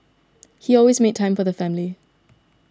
he always made time for the family